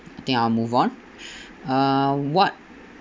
I think I'll move on uh what